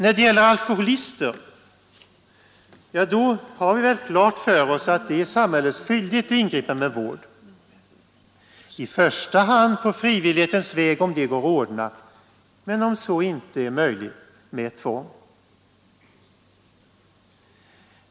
I fråga om alkoholister har vi väl klart för oss att det är samhällets skyldighet att ingripa med vård, i första hand på frivillighetens väg om det går att ordna, men om så inte är möjligt med tvång.